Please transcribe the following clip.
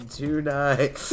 tonight